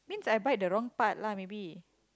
means I bite the wrong part lah maybe